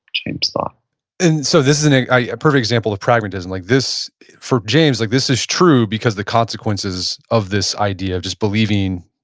james thought and so this is a perfect example of pragmatism. like for james, like this is true because the consequences of this idea of just believing,